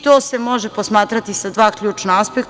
To se može posmatrati sa dva ključna aspekta.